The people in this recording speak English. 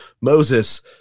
Moses